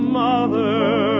mother